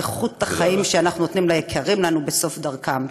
איכות החיים שאנחנו נותנים ליקרים לנו בסוף דרכם.